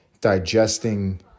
digesting